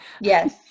yes